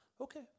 Okay